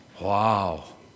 Wow